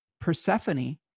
Persephone